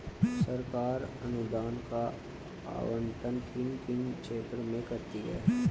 सरकार अनुदान का आवंटन किन किन क्षेत्रों में करती है?